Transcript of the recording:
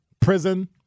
Prison